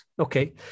Okay